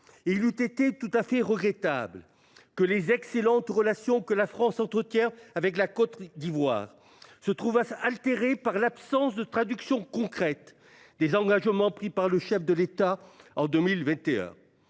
Il eût été tout à fait regrettable que les excellentes relations que la France entretient avec la Côte d'Ivoire se trouvaient altérées par l'absence de traduction concrète des engagements pris par le chef de l'État en 2021.